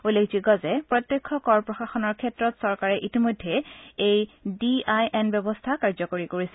উল্লেখযোগ্য যে প্ৰত্যক্ষ কৰ প্ৰশাসনৰ ক্ষেত্ৰত চৰকাৰে ইতিমধ্যে এই ডিআইএন ব্যৱস্থা কাৰ্যকৰী কৰিছে